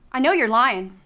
i know you're lying,